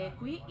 qui